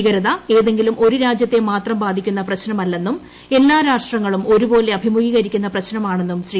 ഭീകരത ഏതെങ്കിലും ഒരുരാജ്യത്തെ മാത്രം ബാധിക്കുന്ന പ്രശ്നമല്ലെന്നും എല്ലാരാഷ്ട്രങ്ങളും ഒരുപ്പോലെ അഭിമുഖീകരിക്കുന്ന പ്രശ്നമാണെന്നും ശ്രീ